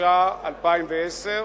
התש"ע 2010,